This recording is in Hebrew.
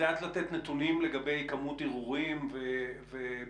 את יודעת לתת נתונים לגבי כמות ערעורים וביטולים?